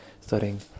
studying